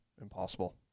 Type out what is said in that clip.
impossible